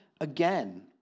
again